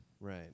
Right